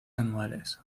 anuales